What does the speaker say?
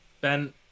Ben